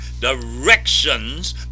directions